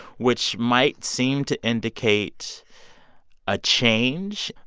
which might seem to indicate a change.